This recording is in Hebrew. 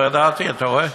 לא ידעתי, אתה רואה?